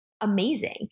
amazing